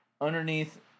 underneath